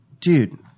dude